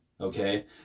okay